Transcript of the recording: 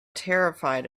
terrified